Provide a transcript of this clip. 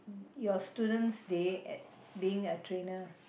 your students day at being a trainer